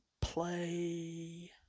play